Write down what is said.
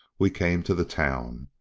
we came to the town,